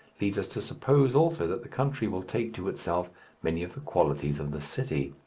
leads us to suppose also that the country will take to itself many of the qualities of the city.